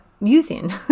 using